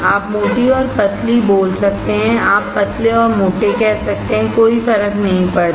आप मोटी और पतली बोल सकते हैं आप पतले और मोटे कह सकते हैं कोई फरक नहीं पडता